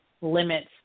limits